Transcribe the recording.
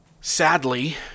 Sadly